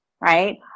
right